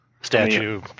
statue